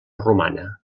romana